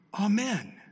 Amen